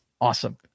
awesome